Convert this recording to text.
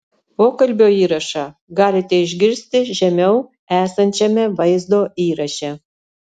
pokalbio įrašą galite išgirsti žemiau esančiame vaizdo įraše